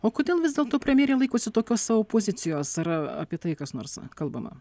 o kodėl vis dėlto premjerė laikosi tokios savo pozicijos ar apie tai kas nors kalbama